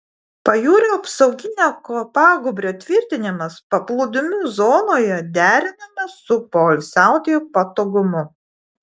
pajūrio apsauginio kopagūbrio tvirtinimas paplūdimių zonoje derinamas su poilsiautojų patogumu